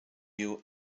you